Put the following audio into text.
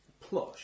plush